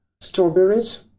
strawberries